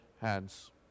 hands